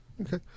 okay